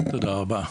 תודה רבה.